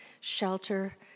shelter